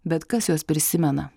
bet kas juos prisimena